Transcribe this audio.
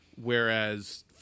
Whereas